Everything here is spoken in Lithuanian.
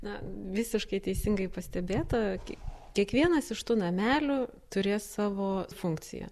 na visiškai teisingai pastebėta ki kiekvienas iš tų namelių turės savo funkciją